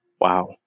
Wow